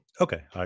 Okay